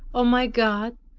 o my god,